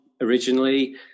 originally